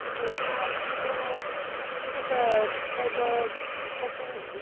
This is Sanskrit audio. जिह्वा अस्ति किल नाम किञ्चित् तद् कोपि